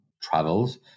travels